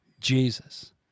jesus